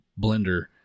blender